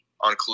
on